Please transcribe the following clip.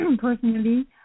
personally